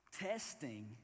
Testing